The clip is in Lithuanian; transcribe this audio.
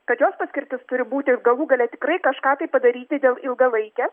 kad jos paskirtis turi būti galų gale tikrai kažką tai padaryti dėl ilgalaikės